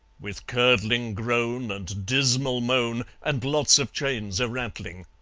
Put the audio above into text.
with curdling groan and dismal moan, and lots of chains a-rattling!